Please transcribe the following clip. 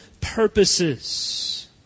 purposes